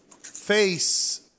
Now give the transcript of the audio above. Face